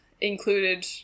included